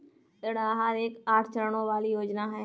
ऋण आहार एक आठ चरणों वाली योजना है